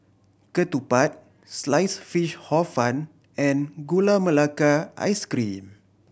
ketupat Sliced Fish Hor Fun and Gula Melaka Ice Cream